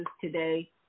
today